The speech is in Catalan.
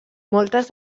moltes